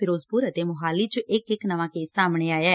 ਫਿਰੋਜਪੁਰ ਅਤੇ ਮੌਹਾਲੀ 'ਚ ਇਕ ਇਕ ਨਵਾਂ ਕੇਸ ਸਾਹਮਣੇ ਆਇਐ